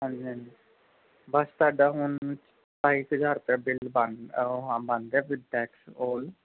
ਹਾਂਜੀ ਹਾਂਜੀ ਬਸ ਤੁਹਾਡਾ ਹੁਣ ਸਤਾਈ ਕੁ ਹਜ਼ਾਰ ਰੁਪਇਆ ਬਿੱਲ ਬਣ ਓ ਅ ਬਣ ਰਿਹਾ ਵਿਧ ਟੈਕਸ ਓਲ